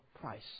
price